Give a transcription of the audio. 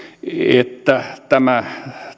että tämä